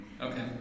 Okay